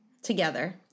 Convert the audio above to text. together